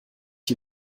die